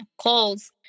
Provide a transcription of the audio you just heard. calls